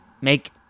make